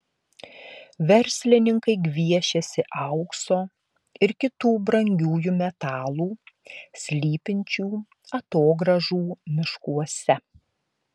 verslininkai gviešiasi aukso ir kitų brangiųjų metalų slypinčių atogrąžų miškuose